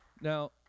Now